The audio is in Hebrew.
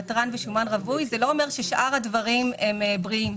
נתרן ושומן רווי לא אומר ששאר הדברים בריאים.